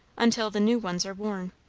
until the new ones are worn.